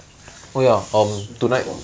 okay next so to